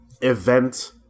event